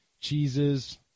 cheeses